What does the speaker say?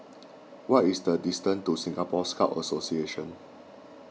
what is the distance to Singapore Scout Association